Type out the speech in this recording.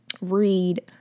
read